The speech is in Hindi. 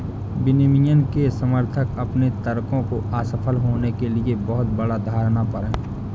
विनियमन के समर्थक अपने तर्कों को असफल होने के लिए बहुत बड़ा धारणा पर हैं